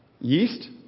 Yeast